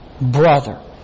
Brother